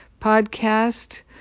podcast